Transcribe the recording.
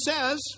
says